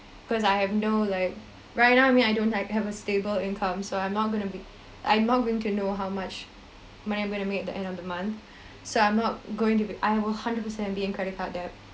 cause I have no like right now I mean I don't like have a stable income so I'm not gonna be I'm not going to know how much money I'm going to make at the end of the month so I'm not going to be I will hundred percent be in credit card debt